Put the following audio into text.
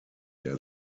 der